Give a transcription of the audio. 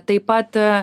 taip pat